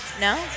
No